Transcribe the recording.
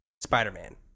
Spider-Man